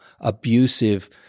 abusive